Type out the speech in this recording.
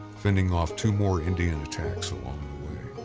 fending off two more indian attacks along the way.